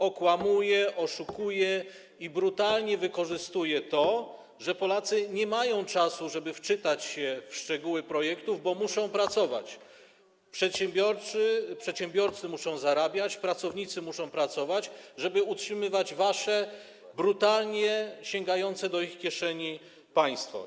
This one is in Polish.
Okłamuje, oszukuje i brutalnie wykorzystuje to, że Polacy nie mają czasu, żeby wczytać się w szczegóły projektów, bo muszą pracować - przedsiębiorcy muszą zarabiać, pracownicy muszą pracować, żeby utrzymywać wasze brutalnie sięgające do ich kieszeni państwo.